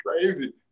crazy